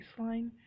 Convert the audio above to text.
baseline